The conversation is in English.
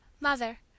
Mother